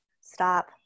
stop